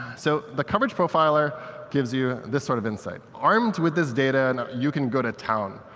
so the coverage profiler gives you this sort of insight. armed with this data and you can go to town.